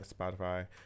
Spotify